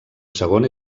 segon